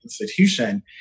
institution